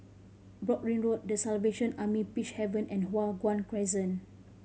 Broadrick Road The Salvation Army Peacehaven and Hua Guan Crescent